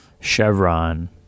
Chevron